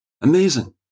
Amazing